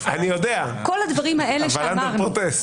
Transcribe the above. אני יודע, אבל תחת מחאה.